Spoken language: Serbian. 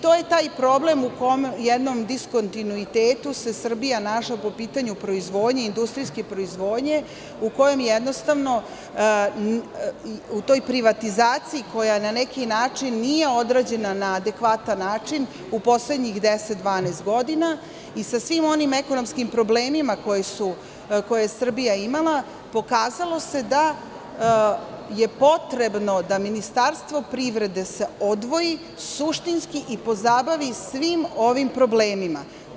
To je taj problem u kome u jednom diskontinuitetu se Srbija našla po pitanju industrijske proizvodnje u kojem jednostavno u toj privatizaciji, koja na neki način nije odrađena na adekvatan način, u poslednjih 10, 12 godina, i sa svim onim ekonomskim problemima koje je Srbija imala, pokazalo se da je potrebno da Ministarstvo privrede se odvoji suštinski i pozabaviti svim ovim problemima.